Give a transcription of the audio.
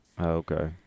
Okay